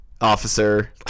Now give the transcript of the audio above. officer